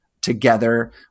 together